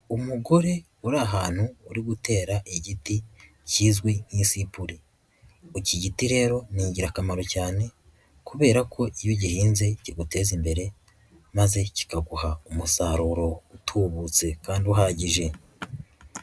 Umugore uri ahantu uri gutera igiti kizwi nk'isipuri, iki giti rero ni ingirakamaro cyane kubera ko iyo ugihinze kiguteza imbere maze kikaguha umusaruro utubutse kandi uhagije.